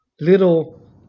little